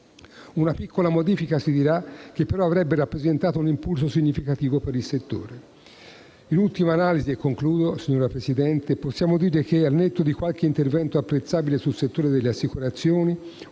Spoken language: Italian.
Una piccola modifica, si dirà, che però avrebbe rappresentato un impulso significativo per il settore. In ultima analisi e concludo, signora Presidente, possiamo dire che, al netto di qualche intervento apprezzabile sul settore delle assicurazioni